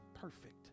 perfect